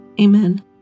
Amen